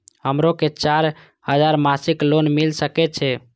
हमरो के चार हजार मासिक लोन मिल सके छे?